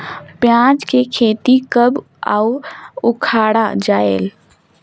पियाज के खेती कब अउ उखाड़ा जायेल?